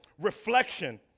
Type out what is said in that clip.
reflection